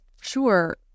sure